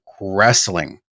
wrestling